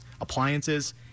appliances